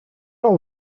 all